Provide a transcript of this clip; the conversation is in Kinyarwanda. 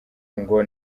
ngo